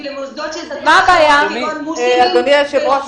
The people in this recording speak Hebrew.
אדוני היושב-ראש,